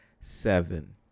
seven